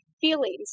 feelings